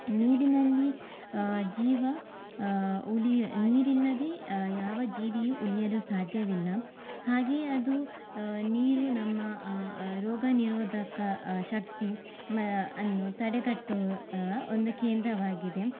ನೀರಿನಲ್ಲಿ ಜೀವ ಉಳಿಯ ನೀರಿಲ್ಲದೆ ಯಾವ ಜೀವಿಯು ಉಳಿಯಲು ಸಾಧ್ಯವಿಲ್ಲ ಹಾಗೆಯೇ ಅದು ನೀರು ನಮ್ಮ ರೋಗನಿರೋಧಕ ಶಕ್ತಿ ಅನ್ನು ತಡೆಗಟ್ಟುವ ಒಂದು ಕೇಂದ್ರವಾಗಿದೆ